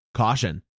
Caution